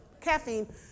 Caffeine